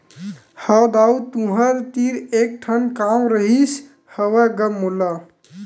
हव दाऊ तुँहर तीर एक ठन काम रिहिस हवय गा मोला